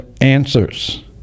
answers